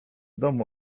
domu